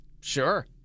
Sure